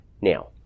Now